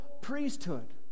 priesthood